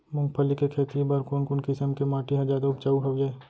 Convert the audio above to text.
मूंगफली के खेती बर कोन कोन किसम के माटी ह जादा उपजाऊ हवये?